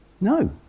No